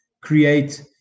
create